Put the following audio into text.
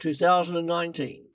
2019